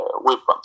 weapons